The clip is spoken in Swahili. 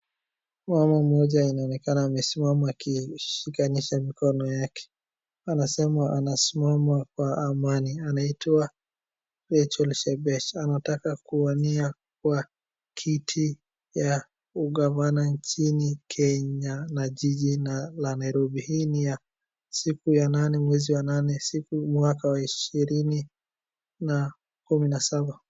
Mama mmoja inaonekana amesimama akishikanisha mikono yake. Anasema anasimama kwa amani, anaitwa Rachel Shebesh, anataka kuwania kwa kiti ya ugavana nchini Kenya na jiji la Nairobi, hii ni ya siku ya nane mwezi wa nane, siku mwaka wa ishirini na kumi na saba.